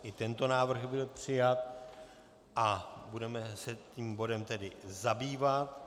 I tento návrh byl přijat a budeme se tím bodem zabývat.